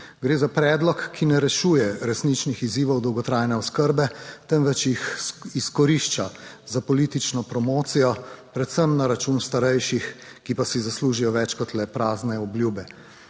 Gre za predlog, ki ne rešuje resničnih izzivov dolgotrajne oskrbe, temveč jih izkorišča za politično promocijo predvsem na račun starejših, ki pa si zaslužijo več kot le prazne obljube.